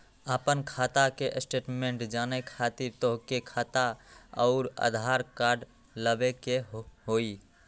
आपन खाता के स्टेटमेंट जाने खातिर तोहके खाता अऊर आधार कार्ड लबे के होइ?